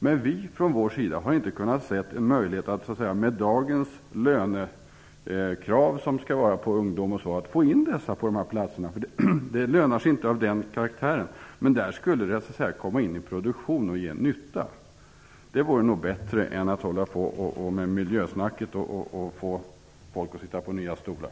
Men vi har från vår sida inte kunnat se en möjlighet, med de lönekrav som gäller för dagens ungdom, att få in dessa på de här platserna, för det lönar sig inte. Men där skulle de komma in i produktion och göra nytta. Det vore nog bättre än att hålla på med miljösnacket och att få folk att sitta på nya stolar.